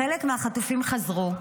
חלק מהחטופים חזרו.